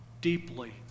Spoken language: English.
deeply